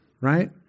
right